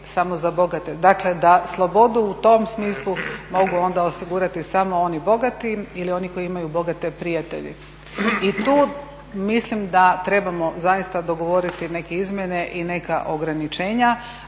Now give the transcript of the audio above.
samo za bogate, dakle da slobodu u tom smislu mogu onda osigurati samo oni bogati ili oni koji imaju bogate prijatelje. I tu mislim da trebamo zaista dogovoriti neke izmjene i neka ograničenja